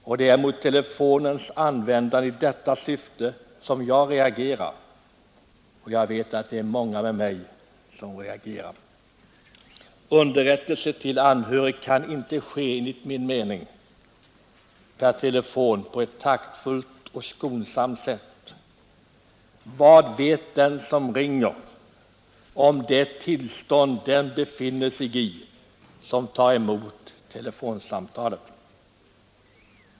Och det är mot telefonens användande i detta syfte som jag — och många med mig — reagerar. Underrättelse till anhörig kan enligt min mening inte per telefon ske på ett taktfullt och skonsamt sätt. Vad vet den som ringer om det tillstånd den befinner sig i som tar emot telefonsamtalet?